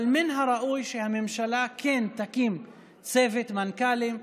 אבל מן הראוי שהממשלה תקים צוות מנכ"לים,